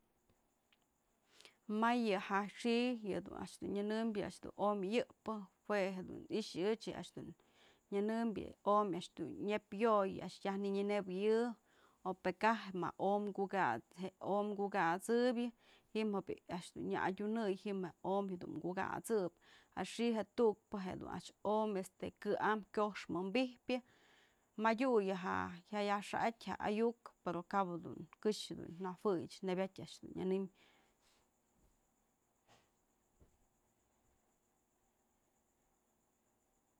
May yë ja xi'i yë a'ax dun nyënëmbyë om ëyëp'pë jue dun i'ixë ëch yë a'ax dun nyënëmbyë omyë a'ax dun nyëpyo'oy a'ax yaj nënepëyë o pë kaj më o'omy kukasëyë, jim bi'i a'ax dun nyë adyunëy ji'im je o'omy dun kukasëp, axi'i je'e tu'ukpë je dun a'ax o'omy kë am kyox wi'inbijpyë madyu yë yaj xa'atyë ayu'uk pero kap dun këxë dun nëwëy nebyat a'ax dun nyënëm.